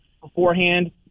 beforehand